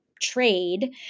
trade